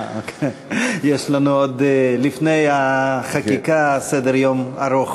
אה, אוקיי, יש לנו עוד לפני החקיקה סדר-יום ארוך.